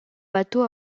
bateau